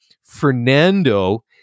Fernando